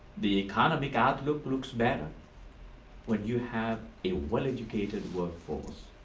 the economic outlook looks better when you have a well-educated workforce.